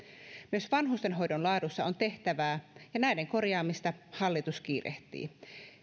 myös vanhustenhoidon laadussa on tehtävää ja näiden korjaamista hallitus kiirehtii